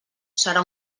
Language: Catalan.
serà